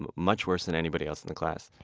um much worse than anybody else in the class.